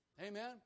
Amen